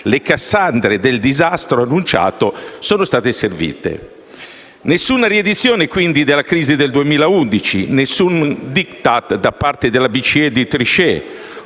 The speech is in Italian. Le cassandre del disastro annunciato sono state servite. Nessuna riedizione, quindi, della crisi del 2011. Nessun *Diktat* da parte della BCE di Trichet.